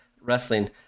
wrestling